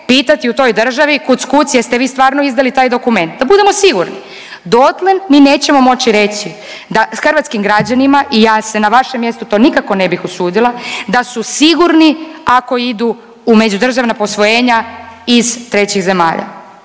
pitati u toj državi, kuc, kuc, jeste vi stvarno izdali taj dokument? Da budemo sigurni, dotlem mi nećemo moći reći da hrvatskim građanima i ja se na vašem mjestu to nikako ne bih usudila, da su sigurni ako idu u međudržavna posvojenja iz trećih zemalja